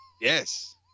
Yes